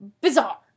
bizarre